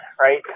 right